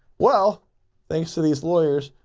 well thanks to these lawyers,